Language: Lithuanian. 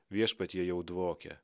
viešpatie jau dvokia